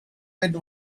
with